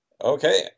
Okay